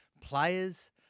players